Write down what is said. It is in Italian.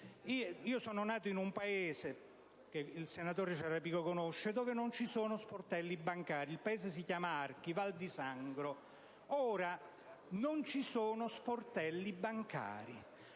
Sono nato in un paese, che il senatore Ciarrapico conosce, dove non ci sono sportelli bancari: il paese si chiama Archi, nella Val di Sangro. Non ci sono sportelli bancari,